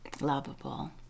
lovable